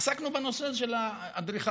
עסקנו בנושא הזה של האדריכלים,